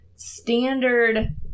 standard